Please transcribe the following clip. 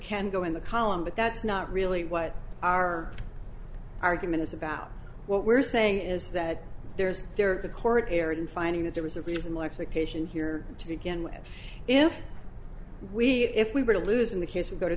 can go in the column but that's not really what our argument is about what we're saying is that there's there the court erred in finding that there was a reasonable expectation here to begin with if we if we were to lose in the case we go to